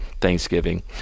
Thanksgiving